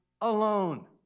alone